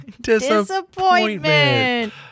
Disappointment